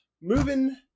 moving